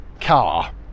car